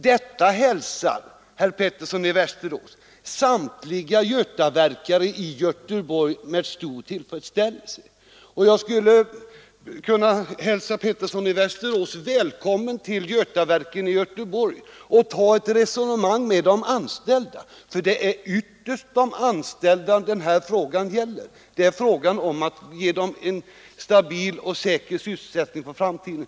Detta hälsar, herr Pettersson i Västerås, samtliga götaverkare med stor tillfredsställelse. Jag skulle kunna hälsa herr Pettersson välkommen till Götaverken i Göteborg för att ta ett resonemang med de anställda, för det är ytterst de anställda det gäller. Det är fråga om att ge dem en stabil och säker sysselsättning för framtiden.